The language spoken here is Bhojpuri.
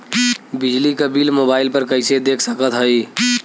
बिजली क बिल मोबाइल पर कईसे देख सकत हई?